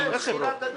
כל קופה נלחמת על